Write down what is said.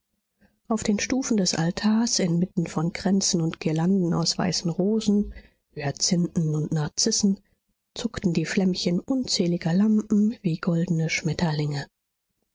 auf den stufen des altars inmitten von kränzen und girlanden aus weißen rosen hyazinthen und narzissen zuckten die flämmchen unzähliger lampen wie goldene schmetterlinge